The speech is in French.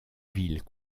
villes